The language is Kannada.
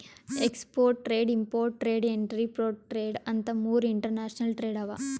export trade, import trade, entrepot trade ಅಂತ್ ಮೂರ್ ಇಂಟರ್ನ್ಯಾಷನಲ್ ಟ್ರೇಡ್ ಅವಾ